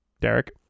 Derek